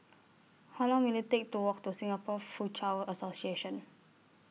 How Long Will IT Take to Walk to Singapore Foochow Association